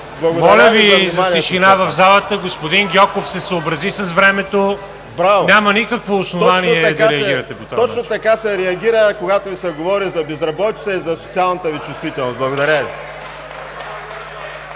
Моля Ви за тишина в залата! Господин Гьоков се съобрази с времето – няма никакво основание да реагирате по този начин. ГЕОРГИ ГЬОКОВ: Точно така се реагира, когато Ви се говори за безработица и за социалната Ви чувствителност. Благодаря Ви.